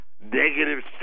negative